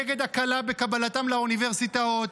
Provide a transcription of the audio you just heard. נגד הקלה בקבלתם לאוניברסיטאות,